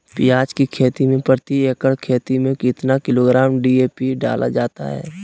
प्याज की खेती में प्रति एकड़ खेत में कितना किलोग्राम डी.ए.पी डाला जाता है?